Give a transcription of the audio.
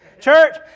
Church